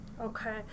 Okay